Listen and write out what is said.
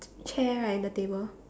chair right and the table